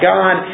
God